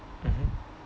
mmhmm